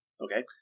Okay